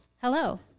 Hello